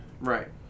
Right